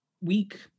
week